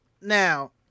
Now